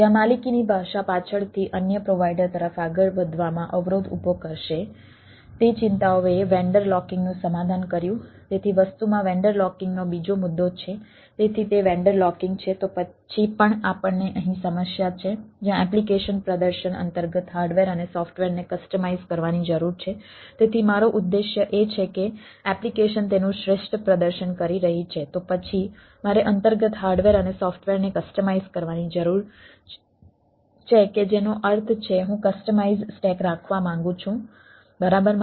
જ્યાં માલિકીની ભાષા પાછળથી અન્ય પ્રોવાઈડર તરફ આગળ વધવામાં અવરોધ ઊભો કરશે તે ચિંતાઓએ વેન્ડર લોકીંગ રાખવા માંગુ છું બરાબર